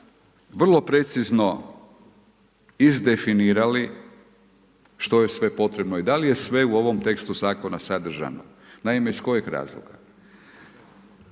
vrlo precizno izdefinirali što je sve potrebno i da li je sve u ovom tekstu zakona sadržano. Naime, iz kojeg razloga?